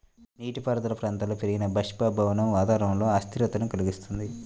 నీటిపారుదల ప్రాంతాలలో పెరిగిన బాష్పీభవనం వాతావరణంలో అస్థిరతను కలిగిస్తుంది